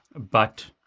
but